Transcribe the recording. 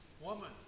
Woman